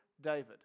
David